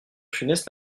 funeste